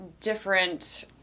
different